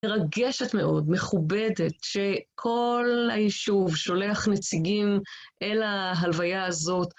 מרגשת מאוד, מכובדת, שכל היישוב שולח נציגים אל ההלוויה הזאת.